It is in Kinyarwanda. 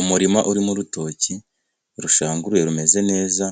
Umurima urimo urutoki rushanguruye rumeze neza,